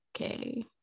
okay